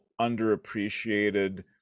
underappreciated